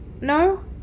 No